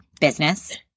business